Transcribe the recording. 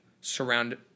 surround